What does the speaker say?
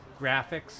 graphics